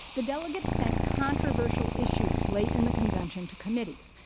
the delegates sent controversial issues late in the convention to committees.